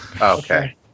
Okay